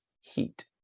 heat